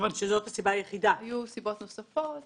היו נסיבות נוספות,